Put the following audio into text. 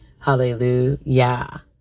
hallelujah